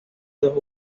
dos